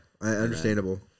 understandable